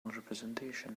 representation